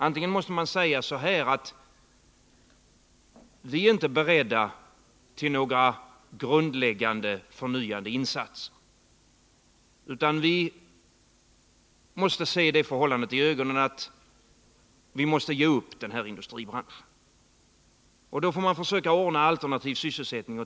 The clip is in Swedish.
Antingen säger man att man inte är beredd till några förnyade grundläggande insatser utan måste se det förhållandet i ögonen att denna industribransch måste ges upp. Då får man försöka ordna alternativ sysselsättning.